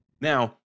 Now